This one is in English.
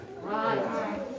Right